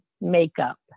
makeup